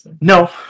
no